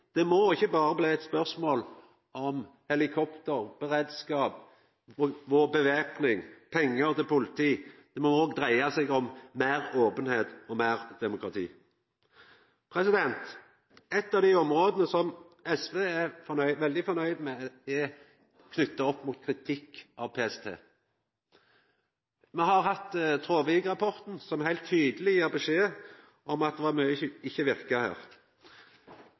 Det må ikkje berre bli eit spørsmål om helikopter, beredskap, væpning og pengar til politiet, det må òg dreia seg om meir openheit og meir demokrati. Eit av dei områda som SV er veldig fornøgd med, er knytt opp mot kritikken av PST. Me har hatt Traavik-rapporten, som heilt tydeleg gav beskjed om at det er mykje som ikkje verkar her.